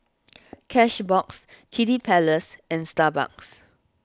Cashbox Kiddy Palace and Starbucks